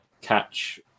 catch